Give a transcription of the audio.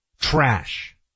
Trash